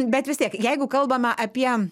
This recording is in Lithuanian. bet vis tiek jeigu kalbame apie